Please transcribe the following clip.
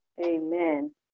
Amen